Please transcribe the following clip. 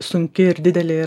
sunki ir didelė